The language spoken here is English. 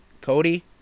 Cody